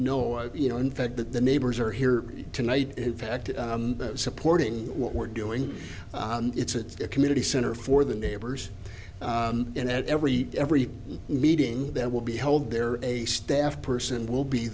no you know in fact that the neighbors are here tonight in fact supporting what we're doing it's a community center for the neighbors and every every meeting that will be held there a staff person will be